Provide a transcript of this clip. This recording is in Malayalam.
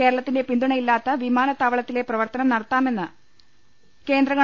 കേരളത്തിന്റെ പിന്തുണയില്ലാതെ വിമാനത്താവളത്തിലെ പ്രവർത്തനം നടത്താമെന്ന് കേന്ദ്രഗവ